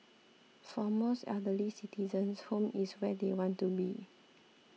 for most elderly citizens home is where they want to be